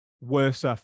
worse